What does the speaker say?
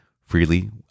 freely